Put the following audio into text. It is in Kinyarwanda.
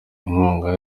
inkunga